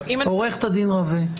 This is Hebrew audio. עורכת הדין רווה,